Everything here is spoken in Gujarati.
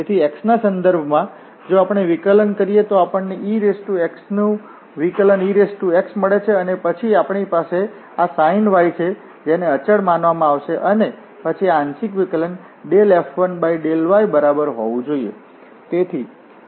તેથી x ના સંદર્ભમાં જો આપણે વિકલન કરીએ તો આપણને ex ની વિકલન ex મળે છે અને પછી આપણી પાસે આ sin y છે જેને અચળ માનવામાં આવશે અને પછી આ આંશિક વિકલન F1∂y બરાબર હોવું જોઈએ